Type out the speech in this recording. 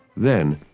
then,